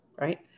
Right